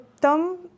Tom